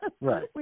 right